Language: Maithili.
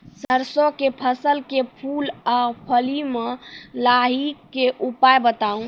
सरसों के फसल के फूल आ फली मे लाहीक के उपाय बताऊ?